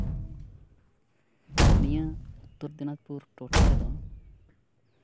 ᱱᱤᱭᱟᱹ ᱩᱛᱛᱚᱨ ᱫᱤᱱᱟᱡᱯᱩᱨ ᱴᱚᱴᱷᱟ ᱨᱮᱫᱚ